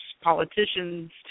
politicians